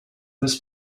less